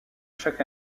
chaque